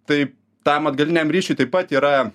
tai tam atgaliniam ryšiui taip pat yra